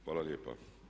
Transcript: Hvala lijepa.